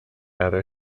other